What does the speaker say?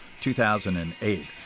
2008